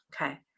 okay